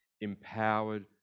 Empowered